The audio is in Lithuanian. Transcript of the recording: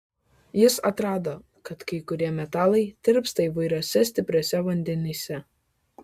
jis atrado kad kai kurie metalai tirpsta įvairiuose stipriuose vandenyse